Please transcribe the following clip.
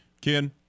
Ken